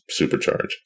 supercharge